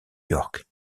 york